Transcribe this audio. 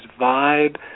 vibe